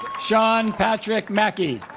sean patrick mackey